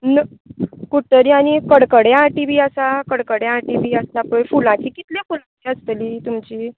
कुट्टरी आनी कडकड्या आटी बी आसा कडकड्यां आटी बी आसा फुलांची कितल्या फुलांची आसतली तुमची